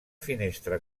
finestra